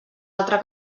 altra